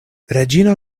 reĝino